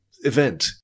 event